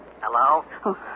Hello